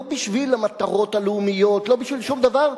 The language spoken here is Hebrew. לא בשביל המטרות הלאומיות, לא בשביל שום דבר אחר.